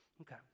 Okay